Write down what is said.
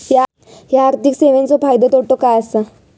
हया आर्थिक सेवेंचो फायदो तोटो काय आसा?